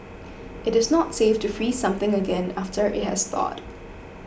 it is not safe to freeze something again after it has thawed